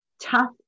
tough